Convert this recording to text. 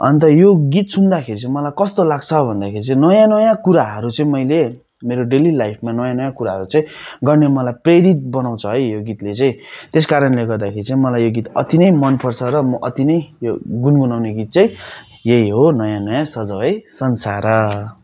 अन्त यो गीत सुन्दाखेरि चाहिँ मलाई कस्तो लाग्छ भन्दाखेरि चाहिँ नयाँ नयाँ कुराहरू चाहिँ मैले मेरो डेली लाइफमा नयाँ नयाँ कुराहरू चाहिँ गर्ने मलाई प्रेरित बनाउँछ है यो गीतले चाहिँ त्यस कारणले गर्दाखेरि चाहिँ मलाई यो गीत अति नै मन पर्छ र म अति नै यो गुन्गुनाउने गीत चाहिँ यही हो नयाँ नयाँ सजाऊँ है संसार